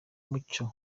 mucyo